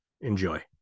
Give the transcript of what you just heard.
enjoy